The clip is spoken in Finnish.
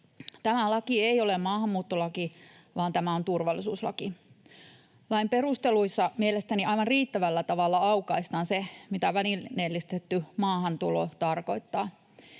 Tämä laki ei ole maahanmuuttolaki, vaan tämä on turvallisuuslaki. Lain perusteluissa mielestäni aivan riittävällä tavalla aukaistaan se, mitä välineellistetty maahantulo tarkoittaa.